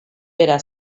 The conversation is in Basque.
bera